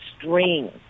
string